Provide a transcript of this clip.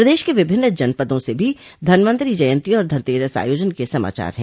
प्रदेश के विभिन्न जनपदों से भी धनवंतरि जयन्ती और धनतेरस आयोजन के समाचार है